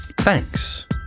thanks